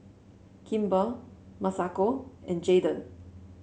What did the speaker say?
Kimber Masako and Jaeden